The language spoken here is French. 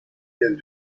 viens